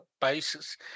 basis